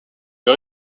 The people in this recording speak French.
les